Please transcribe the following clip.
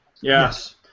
Yes